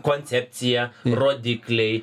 koncepcija rodikliai